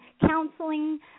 counseling